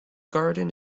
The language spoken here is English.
garden